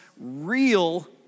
real